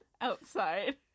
outside